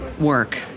work